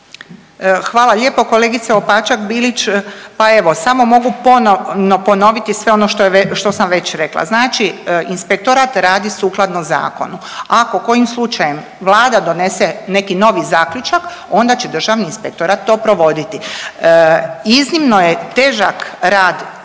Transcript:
Hvala lijepo. Kolegice Opačak Bilić, pa evo samo mogu ponovno ponoviti sve ono što sam već rekla. Znači inspektorat radi sukladno zakonu, ako kojim slučajem Vlada donese neki novi zaključak onda će državni inspektorat to provoditi. Iznimno je težak rad